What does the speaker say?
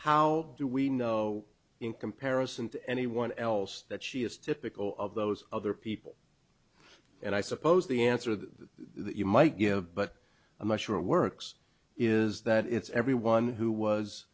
how do we know in comparison to anyone else that she is typical of those other people and i suppose the answer to that you might give but i'm not sure it works is that it's everyone who was